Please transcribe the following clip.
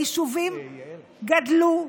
היישובים גדלו,